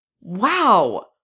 wow